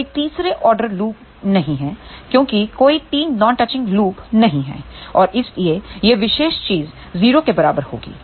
कोई तीसरा order loop नहीं है क्योंकि कोई 3 नॉन टचिंग लूप नहीं हैं और इसलिए यह विशेष चीज 0 के बराबर होगी